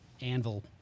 Anvil